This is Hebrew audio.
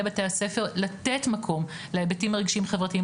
בתי הספר לתת מקום להיבטים הרגשיים חברתיים,